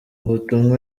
butumwa